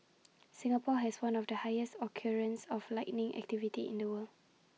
Singapore has one of the highest occurrences of lightning activity in the world